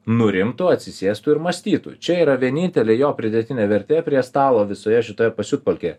nurimtų atsisėstų ir mąstytų čia yra vienintelė jo pridėtinė vertė prie stalo visoje šitoje pasiutpolkėje